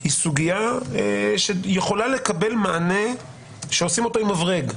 היא סוגיה שיכולה לקבל מענה שעושים אותו עם מברג,